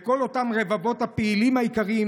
לכל אותם רבבות הפעילים היקרים,